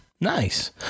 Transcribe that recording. Nice